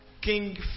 King